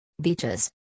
Beaches